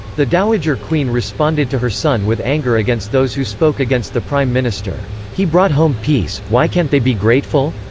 the dowager queen responded to her son with anger against those who spoke against the prime minister he brought home peace, why can't they be grateful?